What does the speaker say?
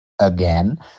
again